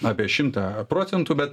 apie šimtą procentų bet